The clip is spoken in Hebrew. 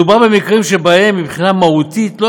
מדובר במקרים שבהם מבחינה מהותית לא